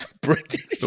British